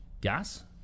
gas